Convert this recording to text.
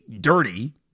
dirty